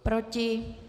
Proti?